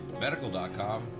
medical.com